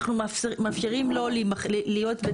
אנחנו מאפשרים לו להיות,